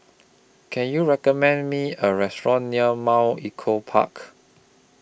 Can YOU recommend Me A Restaurant near Mount Echo Park